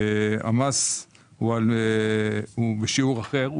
המס הוא בשיעור אחר,